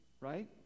right